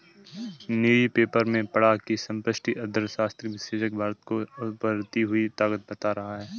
newspaper में पढ़ा की समष्टि अर्थशास्त्र विशेषज्ञ भारत को उभरती हुई ताकत बता रहे हैं